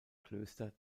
klöster